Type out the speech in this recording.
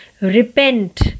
Repent